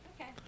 Okay